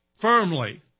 firmly